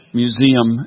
museum